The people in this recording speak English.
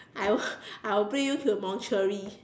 I will I will bring you to a mortuary